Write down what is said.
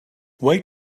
wait